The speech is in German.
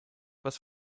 was